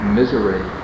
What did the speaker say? misery